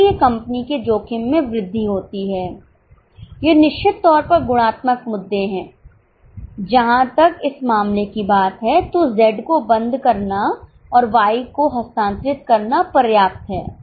इसलिए कंपनी के जोखिम में वृद्धि होती है ये निश्चित तौर पर गुणात्मक मुद्दे हैं जहां तक इस मामले की बात है तो Z को बंद करना और Y को हस्तांतरित करना पर्याप्त है